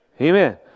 Amen